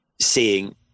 seeing